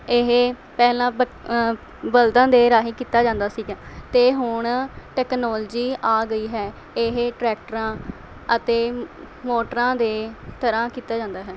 ਇਹ ਪਹਿਲਾਂ ਬ ਬਲਦਾਂ ਦੇ ਰਾਹੀਂ ਕੀਤਾ ਜਾਂਦਾ ਸੀਗਾ ਅਤੇ ਹੁਣ ਟੈਕਨੋਲਜੀ ਆ ਗਈ ਹੈ ਇਹ ਟਰੈਕਟਰਾਂ ਅਤੇ ਮੋਟਰਾਂ ਦੇ ਤਰ੍ਹਾਂ ਕੀਤਾ ਜਾਂਦਾ ਹੈ